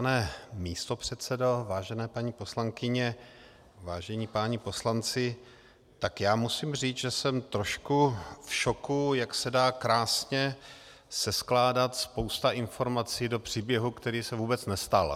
Vážený pane místopředsedo, vážené paní poslankyně, vážení páni poslanci, musím říct, že jsem trošku v šoku, jak se dá krásně seskládat spousta informací do příběhu, který se vůbec nestal.